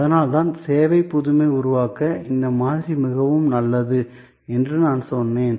அதனால்தான் சேவை புதுமை உருவாக்க இந்த மாதிரி மிகவும் நல்லது என்று நான் சொன்னேன்